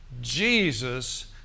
Jesus